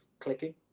clicking